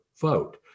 vote